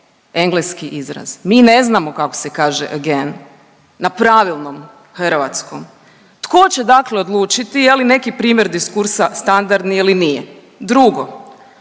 engleski izraz, mi ne znamo kako se again, na pravilnom hrvatskom. Tko će dakle, odlučiti je li neki primjer diskursa standardni ili nije? Drugo,